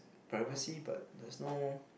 privacy but there's no